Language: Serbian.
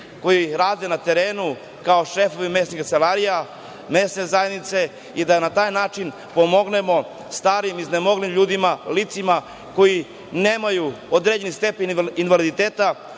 koji rade na terenu kao šefovi mesnih kancelarija mesne zajednice i da na taj način pomognemo starim, iznemoglim ljudima, licima koja nemaju određeni stepen invaliditeta,